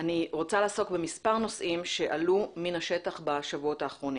אני רוצה לעסוק במספר נושאים שעלו מן השטח בשבועות האחרונים.